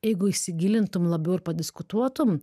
jeigu įsigilintum labiau ir padiskutuotum